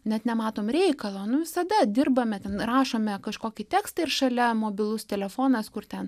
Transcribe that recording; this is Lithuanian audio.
net nematom reikalo nu visada dirbame ten rašome kažkokį tekstą ir šalia mobilus telefonas kur ten